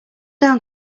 down